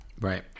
Right